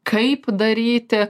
kaip daryti